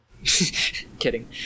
Kidding